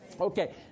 Okay